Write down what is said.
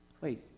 Wait